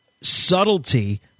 subtlety